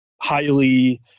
Highly